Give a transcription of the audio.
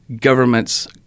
government's